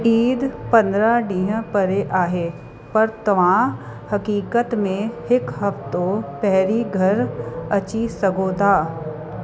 ईद पंद्रहं ॾींहं परे आहे पर तव्हां हक़ीक़त में हिकु हफ़्तो पहिरीं घर अची सघो था